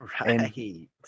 Right